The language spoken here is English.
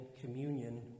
communion